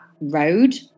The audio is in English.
road